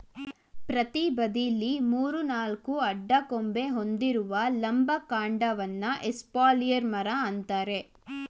ಪ್ರತಿ ಬದಿಲಿ ಮೂರು ನಾಲ್ಕು ಅಡ್ಡ ಕೊಂಬೆ ಹೊಂದಿರುವ ಲಂಬ ಕಾಂಡವನ್ನ ಎಸ್ಪಾಲಿಯರ್ ಮರ ಅಂತಾರೆ